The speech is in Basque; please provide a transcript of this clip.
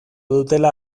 dutela